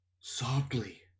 Softly